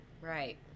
right